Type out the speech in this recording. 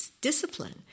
discipline